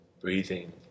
Breathing